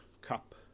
Cup